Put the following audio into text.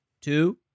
two